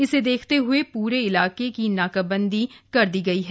इसे देखते हुए पूरे इलाके की नाके बन्दी कर दी गयी है